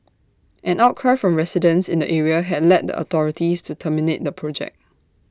an outcry from residents in the area had led the authorities to terminate the project